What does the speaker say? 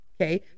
okay